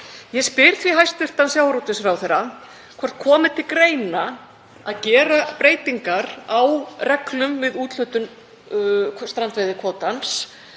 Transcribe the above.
Ég spyr því hæstv. sjávarútvegsráðherra hvort komi til greina að gera breytingar á reglum við úthlutun strandveiðikvótans